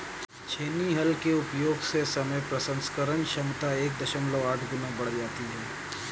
छेनी हल के उपयोग से समय प्रसंस्करण क्षमता एक दशमलव आठ गुना बढ़ जाती है